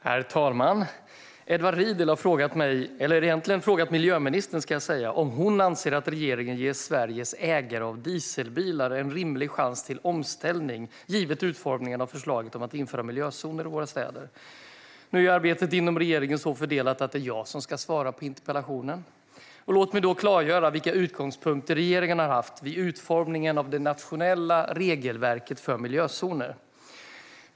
Herr talman! Edward Riedl har frågat miljöministern om hon anser att regeringen ger Sveriges ägare av dieselbilar en rimlig chans till omställning givet utformningen av förslaget om att införa miljözoner i våra städer. Arbetet inom regeringen är så fördelat att det är jag som ska svara på interpellationen. Låt mig klargöra vilka utgångspunkter regeringen har haft vid utformningen av det nationella regelverket för miljözoner.